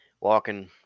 walking